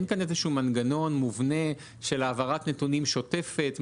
אין כאן מנגנון מובנה של העברת נתונים שוטפת,